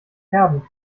kerben